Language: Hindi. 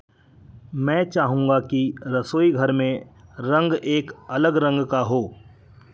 मैं चाहूँगा कि रसोई घर में रंग एक अलग रंग का हो